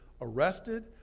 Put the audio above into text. arrested